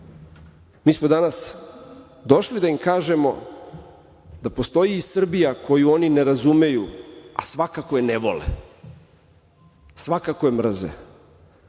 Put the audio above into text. smo danas došli da im kažemo da postoji i Srbija koju oni ne razumeju, a svakako je ne vole. Svakako je mrze